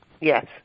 yes